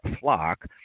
flock